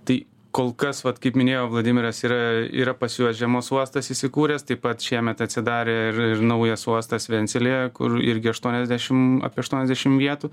tai kol kas vat kaip minėjo vladimiras yra yra pas juos žiemos uostas įsikūręs taip pat šiemet atsidarė ir ir naujas uostas venselyje kur irgi aštuoniasdešim apie aštuoniasdešim vietų